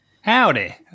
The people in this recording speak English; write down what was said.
Howdy